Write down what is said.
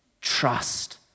trust